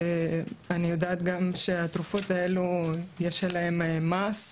אני יודעת גם שהתרופות האלו, יש עליהם מס,